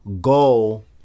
goal